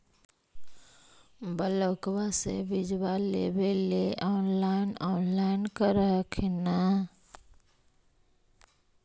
ब्लोक्बा से बिजबा लेबेले ऑनलाइन ऑनलाईन कर हखिन न?